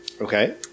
Okay